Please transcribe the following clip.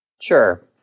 Sure